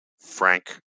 Frank